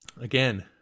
Again